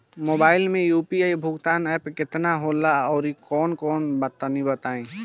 Mobile म UPI भुगतान app केतना होला आउरकौन कौन तनि बतावा?